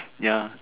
ya